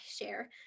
share